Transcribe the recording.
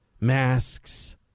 Masks